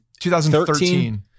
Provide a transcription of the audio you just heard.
2013